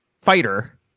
fighter